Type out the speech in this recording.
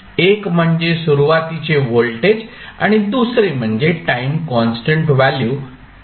एक म्हणजे सुरुवातीचे व्होल्टेज आणि दुसरे म्हणजे टाईम कॉन्स्टंट व्हॅल्यू τ